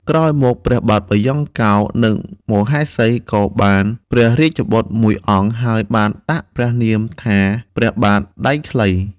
ក្រោយមកព្រះបាទបាយ៉ង់កោរ និងមហេសីក៏បានព្រះរាជបុត្រមួយអង្គ ហើយបានដាក់ព្រះនាមថាព្រះបាទដៃខ្លី។